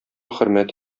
хөрмәт